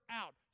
out